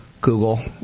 Google